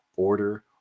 order